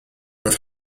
with